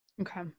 Okay